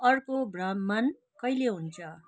अर्को भ्रमण कहिले हुन्छ